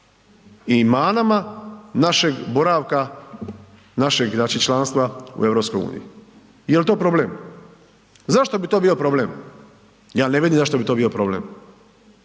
i manama našeg boravka, našeg znači članstva u EU. Jel to problem? Zašto bi to bio problem? Ja ne vidim zašto bi to bio problem.